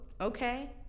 okay